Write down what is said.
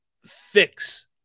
fix